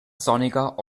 sonniger